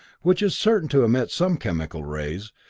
which is certain to emit some chemical rays,